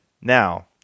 now